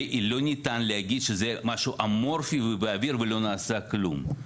ולא ניתן להגיד שזה משהו אמורפי ובאוויר ולא נעשה כלום.